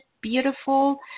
beautiful